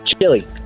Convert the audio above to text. Chili